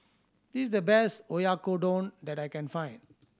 this is the best Oyakodon that I can find